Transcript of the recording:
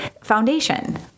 foundation